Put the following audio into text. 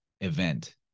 event